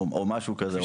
או משהו כזה.